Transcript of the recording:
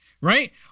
right